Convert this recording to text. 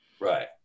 Right